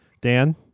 Dan